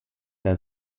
der